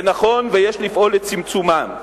זה נכון, ויש לפעול לצמצומם.